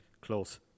close